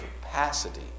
capacity